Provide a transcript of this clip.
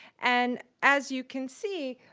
and as you can see,